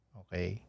okay